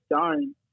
done